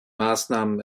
maßnahmen